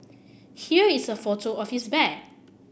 here is a photo of his bag